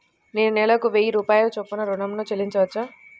నేను నెలకు వెయ్యి రూపాయల చొప్పున ఋణం ను చెల్లించవచ్చా?